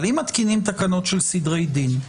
אם מתקינים תקנות של סדרי דין,